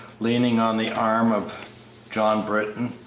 leaning on the arm of john britton,